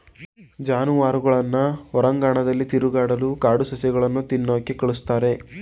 ಜಾನುವಾರುಗಳನ್ನ ಹೊರಾಂಗಣದಲ್ಲಿ ತಿರುಗಾಡಲು ಕಾಡು ಸಸ್ಯಗಳನ್ನು ತಿನ್ನೋಕೆ ಕಳಿಸ್ತಾರೆ